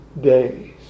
days